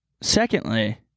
Secondly